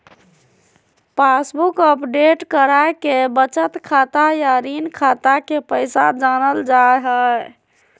passbook update कराके बचत खाता या ऋण खाता के पैसा जानल जा हय